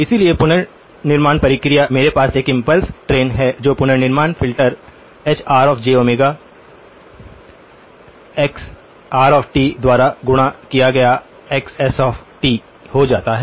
इसलिए पुनर्निर्माण प्रक्रिया मेरे पास एक इम्पल्स ट्रैन है जो पुनर्निर्माण फिल्टर HrjΩ a xr द्वारा गुणा किया गया xs हो जाता है